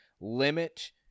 limit